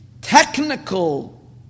Technical